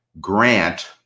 grant